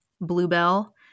bluebell